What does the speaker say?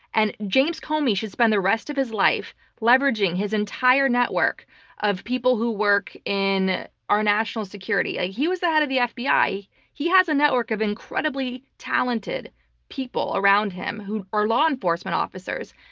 and james comey should spend the rest of his life leveraging his entire network of people who work in our national security. ah he was the head of the fbi. he has a network of incredibly talented people around him who are law enforcement officers.